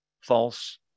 False